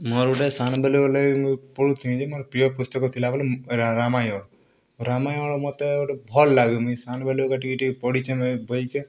ମୋର୍ ଗୁଟେ ସାନ୍ ବେଲେ ବେଲେ ମୁଇଁ ପଢ଼ୁଥିଲି ଯେ ମୋର୍ ପ୍ରିୟ ପୁସ୍ତକ୍ ଥିଲା ବଏଲେ ମୁଇଁ ରା ରାମାୟଣ ରାମାୟଣ ମତେ ଗୁଟେ ଭଲ୍ ଲାଗେ ମୁଇଁ ସାନ୍ ବେଲେ ଟିକେ ଟିକେ ପଢ଼ିଛେଁ ମୁଇଁ ବହିକେ